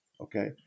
okay